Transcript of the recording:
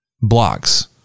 blocks